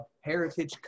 Heritage